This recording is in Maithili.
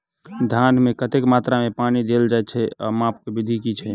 धान मे कतेक मात्रा मे पानि देल जाएँ छैय आ माप केँ विधि केँ छैय?